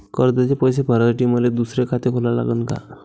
कर्जाचे पैसे भरासाठी मले दुसरे खाते खोला लागन का?